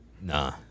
nah